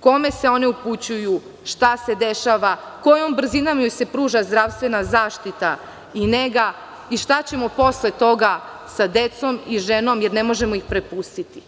kome se one upućuju, šta se dešava, kojom brzinom joj se pruža zdravstvena zaštita i nega i šta ćemo posle toga sa decom i ženom, jer ne možemo ih prepustiti.